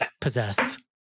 possessed